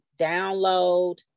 download